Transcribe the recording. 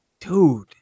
dude